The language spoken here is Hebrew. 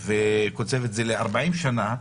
ל-40 שנה,